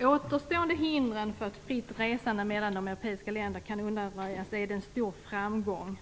återstående hindren för ett fritt resande mellan de europeiska länderna kan undanröjas är det en stor framgång.